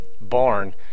barn